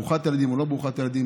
ברוכת ילדים או לא ברוכת ילדים,